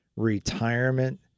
retirement